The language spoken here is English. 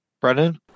Brennan